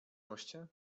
moście